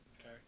Okay